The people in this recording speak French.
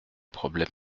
problèmes